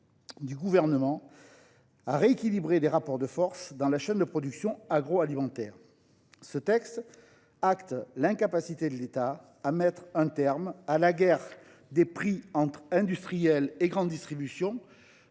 du Gouvernement à rééquilibrer les rapports de force dans la chaîne de production agroalimentaire. Il acte donc l’incapacité de l’État à mettre un terme à la guerre des prix entre industriels et grande distribution,